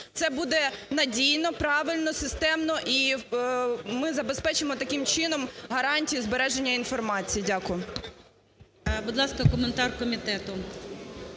Це буде надійно, правильно, системно, і ми забезпечимо таким чином гарантії збереження інформації. Дякую.